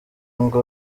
ngo